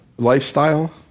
Lifestyle